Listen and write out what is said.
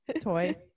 toy